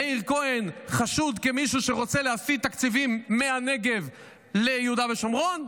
מאיר כהן חשוד כמישהו שרוצה להסיט תקציבים מהנגב ליהודה ושומרון?